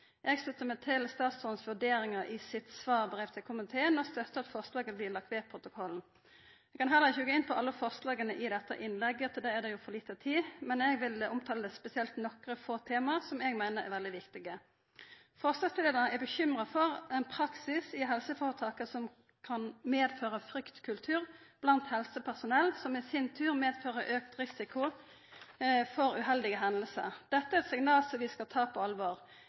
Eg sluttar meg til statsråden sine vurderingar i sitt svarbrev til komiteen og støttar at forslaga blir lagde ved protokollen. Eg kan heller ikkje gå inn på alle forslaga i dette innlegget – til det er det for lite tid. Men eg vil omtala spesielt nokre få tema som eg meiner er veldig viktige. Forslagsstillarane er bekymra for ein praksis i helseføretaka som kan føra med seg ein fryktkultur blant helsepersonell, som i sin tur fører med seg auka risiko for uheldige hendingar. Dette er eit signal som vi skal ta på alvor.